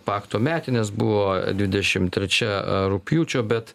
pakto metinės buvo dvidešimt trečia rugpjūčio bet